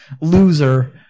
loser